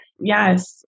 Yes